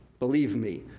believe me,